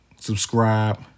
subscribe